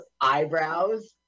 eyebrows